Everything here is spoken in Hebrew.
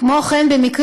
כמו כן,